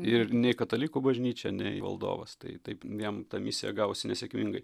ir nei katalikų bažnyčia nei valdovas tai taip jam ta misija gavosi nesėkmingai